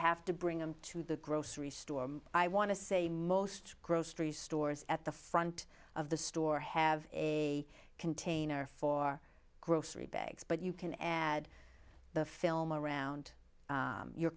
have to bring them to the grocery store i want to say most grocery stores at the front of the store have a container for grocery bags but you can add the film around your